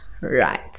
right